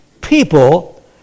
people